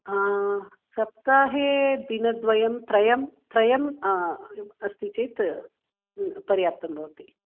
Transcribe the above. सप्ताहे दिनद्वयं त्रयं त्रयम् अस्ति चेत् पर्याप्तं भवति